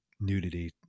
nudity